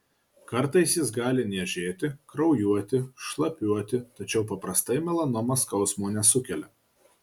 kartais jis gali niežėti kraujuoti šlapiuoti tačiau paprastai melanoma skausmo nesukelia